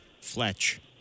Fletch